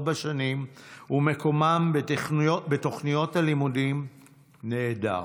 בשנים ומקומם בתוכניות הלימודים נעדר.